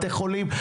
בתי חולים,